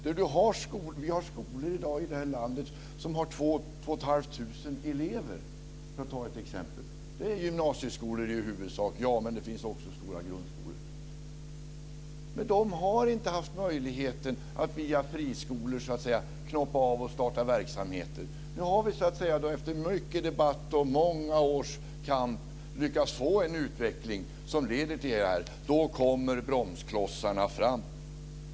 Det finns skolor i detta land i dag som har 2 000-2 500 elever, för att ta ett exempel. Det är i huvudsak gymnasieskolor, men det finns också stora grundskolor. De har inte haft möjligheten att via friskolor knoppa av och starta verksamheter. Vi har nu, efter mycket debatt och många års kamp, lyckats få en utveckling som leder till det här, och då kommer bromsklossarna fram.